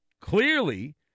Clearly